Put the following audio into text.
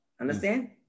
understand